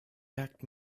merkt